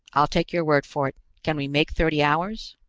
i'll take your word for it. can we make thirty hours?